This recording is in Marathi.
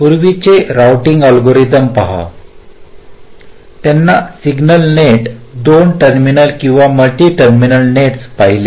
पूर्वीचे राउटिंग अल्गोरिदम पहा की त्यांनी सिग्नल नेट्स दोन टर्मिनल किंवा मल्टी टर्मिनल नेट्स पाहिले